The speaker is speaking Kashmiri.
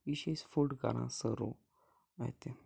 یہِ چھِ أسۍ فُڈ کَران سٔرٕو اَتہِ